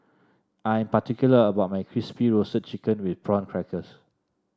I am particular about my Crispy Roasted Chicken with Prawn Crackers